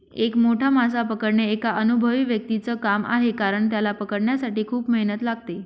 एक मोठा मासा पकडणे एका अनुभवी व्यक्तीच च काम आहे कारण, त्याला पकडण्यासाठी खूप मेहनत लागते